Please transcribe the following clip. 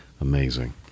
Amazing